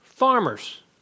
farmers